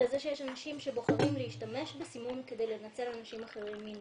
אלא זה שיש אנשים שבוחרים להשתמש בסימום כדי לנצל אנשים אחרים מינית.